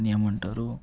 దాన్ని ఏమంటారు